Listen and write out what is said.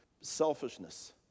selfishness